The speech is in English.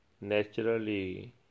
naturally